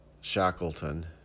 Shackleton